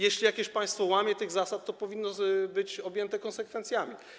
Jeśli jakieś państwo łamie te zasady, to powinno być objęte konsekwencjami.